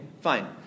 Fine